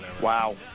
Wow